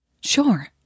Sure